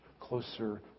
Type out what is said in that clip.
closer